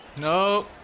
no